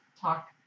talk